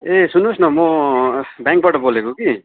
ए सुन्नुहोस् न म ब्याङ्कबाट बोलेको कि